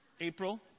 April